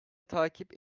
takip